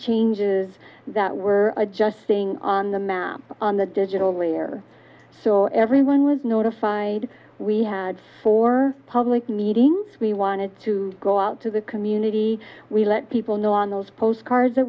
changes that we're adjusting on the map on the digitally or so everyone was notified we had for public meetings we wanted to go out to the community we let people know on those postcards